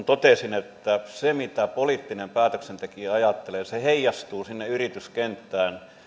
totesin että se mitä poliittinen päätöksentekijä ajattelee heijastuu sinne yrityskenttään